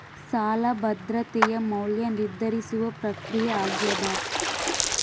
ಸಾಲ ಭದ್ರತೆಯ ಮೌಲ್ಯ ನಿರ್ಧರಿಸುವ ಪ್ರಕ್ರಿಯೆ ಆಗ್ಯಾದ